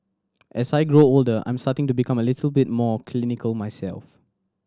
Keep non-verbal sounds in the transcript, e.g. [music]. as I grow older I'm starting to become a little bit more [unintelligible] myself